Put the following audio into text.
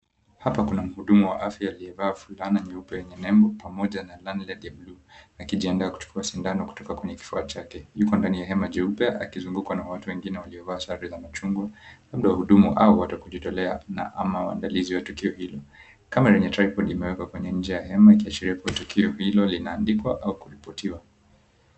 Hapa kuna mhudumu wa afya aliyevaa fulana nyeupe yenye nembo pamoja na landled ya blue akijiandaa kuchukua sindano kutoka kwenye kifua chake. Yuko ndani ya hema jeupe akizungukwa na watu wengine waliovaa shati za machungwa. Labda wahudumu au watu wa kujitolea ama waandalizi wa tukio hilo. Kamera lenye tripod imewekwa kwenye nje ya hema ikiashiria kuwa tukio hilo linaandikwa au kuripotiwa.